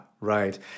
right